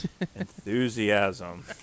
enthusiasm